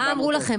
מה אמרו לכם?